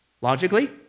Logically